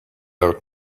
out